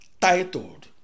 titled